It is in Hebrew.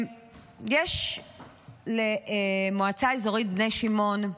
יש למועצה האזורית בני שמעון,